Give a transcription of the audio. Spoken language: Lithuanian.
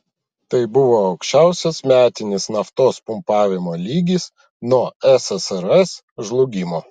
tai buvo aukščiausias metinis naftos pumpavimo lygis nuo ssrs žlugimo